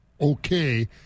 okay